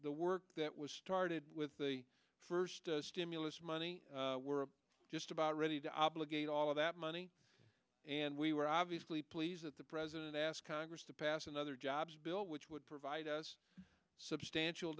work that was started with the first stimulus money we're just about ready to obligate all of that money and we were obviously pleased that the president asked congress to pass another jobs bill which would provide us substantial